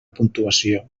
puntuació